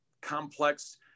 complex